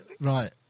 right